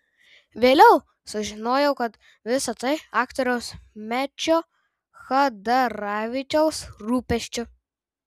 vėliau sužinojau kad visa tai aktoriaus mečio chadaravičiaus rūpesčiu